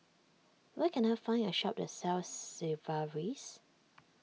where can I find a shop that sells Sigvaris